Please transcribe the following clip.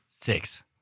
Six